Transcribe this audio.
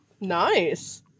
Nice